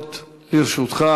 אני מחדש את הישיבה.